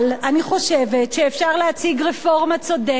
אני חושבת שאפשר להציג רפורמה צודקת